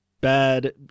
bad